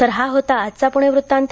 तर हा होता आजचा पुणे वृत्तांत